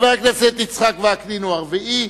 חבר הכנסת יצחק וקנין הרביעי,